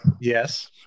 yes